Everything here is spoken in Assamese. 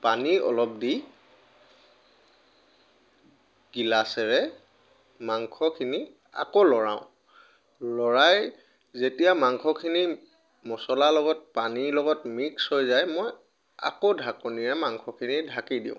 পানী অলপ দি গিলাচেৰে মাংসখিনি আকৌ লৰাওঁ লৰাই যেতিয়া মাংসখিনি মছলা লগত পানীৰ লগত মিক্স হৈ যায় মই আকৌ ঢাকনিৰে মাংসখিনি ঢাকি দিওঁ